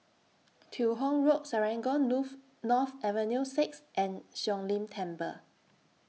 Teo Hong Road Serangoon North Avenue six and Siong Lim Temple